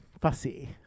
fussy